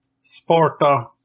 Sparta